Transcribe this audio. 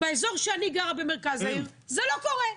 באזור שאני גרה בו במרכז העיר, זה לא קורה.